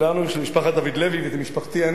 אצל משפחת דוד לוי ואצל משפחתי אני,